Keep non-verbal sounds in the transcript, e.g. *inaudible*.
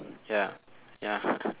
ya ya *laughs*